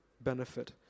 benefit